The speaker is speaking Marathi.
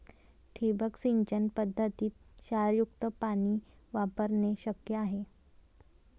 ठिबक सिंचन पद्धतीत क्षारयुक्त पाणी वापरणे शक्य आहे